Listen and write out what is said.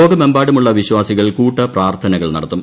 ലോകമെമ്പാടുമുള്ള വിശ്വാസികൾ കൂട്ടപ്രാർത്ഥനകൾ നടത്തും